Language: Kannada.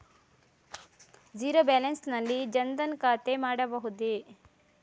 ಝೀರೋ ಬ್ಯಾಲೆನ್ಸ್ ನಲ್ಲಿ ಜನ್ ಧನ್ ಖಾತೆ ಮಾಡಬಹುದೇ?